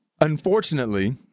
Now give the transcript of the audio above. Unfortunately